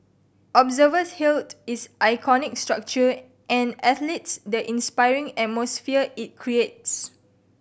observers hailed its iconic structure and athletes the inspiring atmosphere it creates